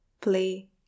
play